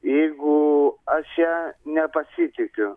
jeigu aš ja nepasitikiu